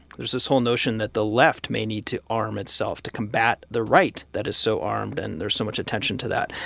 there's this whole notion that the left may need to arm itself to combat the right that is so armed. and there's so much attention to that.